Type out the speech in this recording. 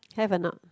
have or not